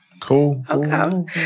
Cool